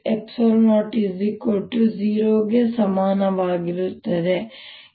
E0 0 ಗೆ ಸಮನಾಗಿರುತ್ತದೆ